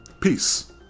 peace